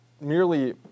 merely